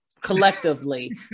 collectively